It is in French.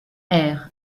air